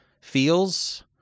feels